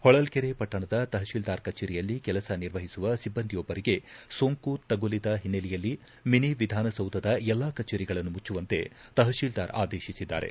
ಹೊಳಲ್ಲೆರೆ ಪಟ್ಟಣದ ತಹಸಿಲ್ದಾರ್ ಕಚೇರಿಯಲ್ಲಿ ಕೆಲಸ ನಿರ್ವಹಿಸುವ ಸಿಬ್ಬಂದಿಯೊಬ್ಬರಿಗೆ ಸೋಂಕು ತಗುಲದ ಹಿನ್ನೆಲೆಯಲ್ಲಿ ಮಿನಿ ವಿಧಾನಸೌಧದ ಎಲ್ಲಾ ಕಚೇರಿಗಳನ್ನು ಮುಂಚುವಂತೆ ತಹಸಿಲ್ದಾರ್ ಆದೇಶಿಸಿದ್ದಾರೆ